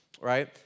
right